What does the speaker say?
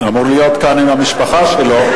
הוא אמור להיות כאן עם המשפחה שלו.